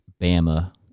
Bama